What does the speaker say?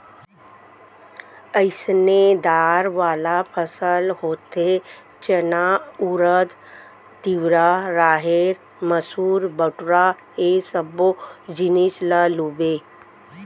अइसने दार वाला फसल होथे चना, उरिद, तिंवरा, राहेर, मसूर, बटूरा ए सब्बो जिनिस ल लूबे